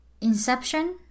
inception